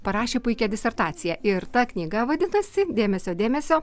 parašė puikią disertaciją ir ta knyga vadinasi dėmesio dėmesio